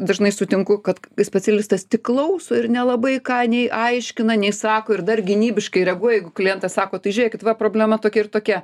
dažnai sutinku kad specialistas tik klauso ir nelabai ką nei aiškina nei sako ir dar gynybiškai reaguoja jeigu klientas sako tai žiūrėkit va problema tokia ir tokia